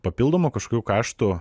papildomų kažkokių kaštų